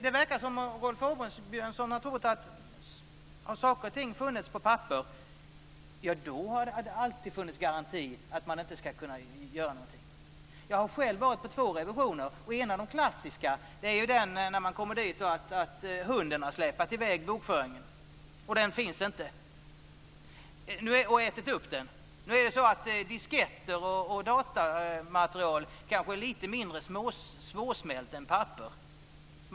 Det verkar som om Rolf Åbjörnsson har trott att om saker och ting har funnits på papper har det alltid funnits garantier för att man inte ska kunna göra någonting. Jag har själv varit på två revisioner. En av de klassiska förklaringarna när man kommer dit är att hunden har släpat i väg bokföringen, och därför finns den inte. Hunden har ätit upp den. Nu är det så att disketter och datamaterial kanske är lite mer svårsmält än papper.